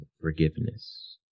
forgiveness